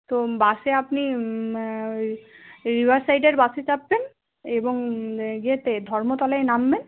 তো বাসে আপনি রিভারসাইডের বাসে চাপবেন এবং ইয়েতে ধর্মতলায় নামবেন